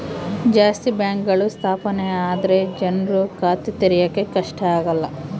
ಜಾಸ್ತಿ ಬ್ಯಾಂಕ್ಗಳು ಸ್ಥಾಪನೆ ಆದ್ರೆ ಜನ್ರು ಖಾತೆ ತೆರಿಯಕ್ಕೆ ಕಷ್ಟ ಆಗಲ್ಲ